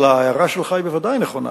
אבל ההערה שלך היא ודאי נכונה,